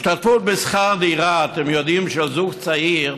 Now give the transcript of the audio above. השתתפות בשכר דירה, אתם יודעים שזוג צעיר,